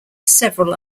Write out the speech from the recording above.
several